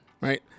Right